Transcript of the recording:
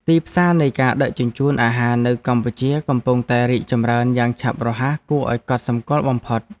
ទីផ្សារនៃការដឹកជញ្ជូនអាហារនៅកម្ពុជាកំពុងតែរីកចម្រើនយ៉ាងឆាប់រហ័សគួរឱ្យកត់សម្គាល់បំផុត។